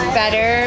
better